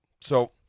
So-